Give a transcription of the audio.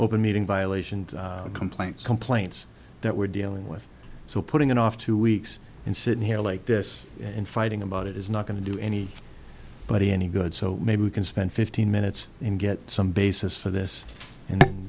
open meeting violation complaints complaints that we're dealing with so putting it off two weeks and sitting here like this and fighting about it is not going to do any body any good so maybe we can spend fifteen minutes and get some basis for this and